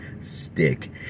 stick